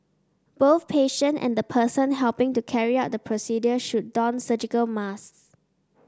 both patient and the person helping to carry out the procedure should don surgical masks